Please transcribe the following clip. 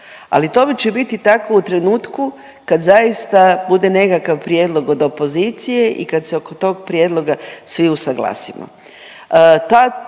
Ali tome će biti tako u trenutku kad zaista bude nekakav prijedlog od opozicije i kad se oko tog prijedloga svi usaglasimo. To